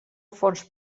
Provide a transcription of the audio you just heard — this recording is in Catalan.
fons